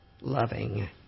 loving